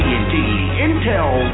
Intel